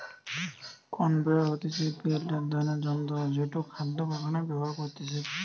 conveyor হতিছে belt এক ধরণের যন্ত্র জেটো খাদ্য কারখানায় ব্যবহার করতিছে